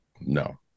No